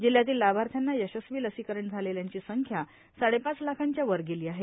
जिल्ह्यातील लाभार्थ्यांना यशस्वी लसीकरण झालेल्यांची संख्या साडेपाच लाखांच्या वर गेली आहे